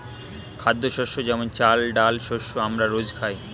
খাদ্যশস্য যেমন চাল, ডাল শস্য আমরা রোজ খাই